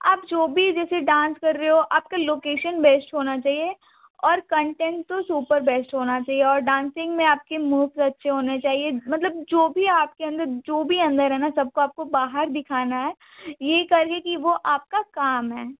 आप जो भी जैसे डांस कर रहे हो आपके लोकेशन बेस्ड होना चाहिए और कंटेंट तो सुपर बेस्ट होना चाहिए और डांसिंग में आपके मूव्स अच्छे होने चाहिए मतलब जो भी आपके अंदर जो भी अंदर है ना सब को आपको बाहर दिखाना है ये कर के कि वो आपका काम है